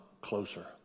closer